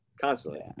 constantly